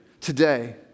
today